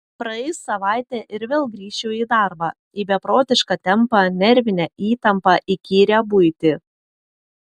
praeis savaitė ir vėl grįšiu į darbą į beprotišką tempą nervinę įtampą įkyrią buitį